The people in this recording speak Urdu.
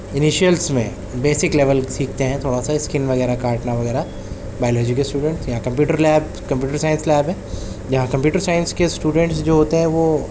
انیشیلس میں بیسک لیول سیکھتے ہیں تھوڑا سا اسکن وغیرہ کاٹنا وغیرہ بایلوجی کے اسٹوڈینٹ یہاں computer lab computer science lab ہے جہاں کمپیوٹر سائنس کے اسٹوڈینس جو ہوتے ہیں وہ